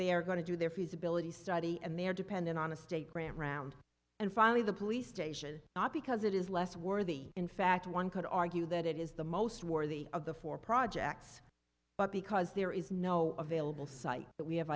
they are going to do their feasibility study and they are dependent on a state grant around and finally the police station not because it is less worthy in fact one could argue that it is the most worthy of the four projects but because there is no available site that we have